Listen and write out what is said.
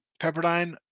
Pepperdine